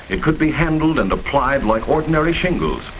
it could be handled and applied like ordinary shingles.